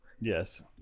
yes